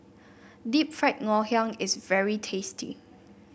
Deep Fried Ngoh Hiang is very tasty